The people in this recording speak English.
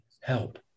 help